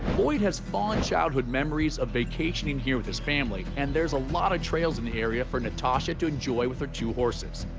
lloyd has fond childhood memories of vacationing here with his family, and there's a lot of trails in the area for natasha to enjoy with her two horses.